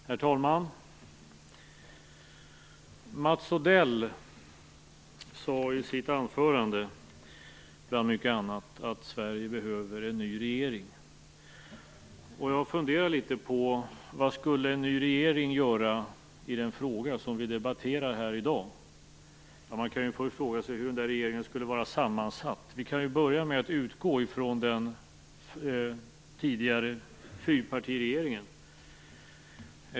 Herr talman! Mats Odell sade i sitt anförande bland mycket annat att Sverige behöver en ny regering. Men vad skulle en ny regering göra i den fråga som vi i dag debatterar här? Och hur skulle en sådan regering vara sammansatt? Till att börja med kan vi utgå från den tidigare fyrpartiregeringen.